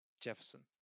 Jefferson